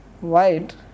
White